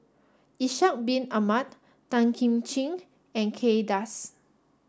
Ishak Bin Ahmad Tan Kim Ching and Kay Das